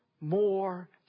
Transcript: more